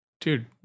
Dude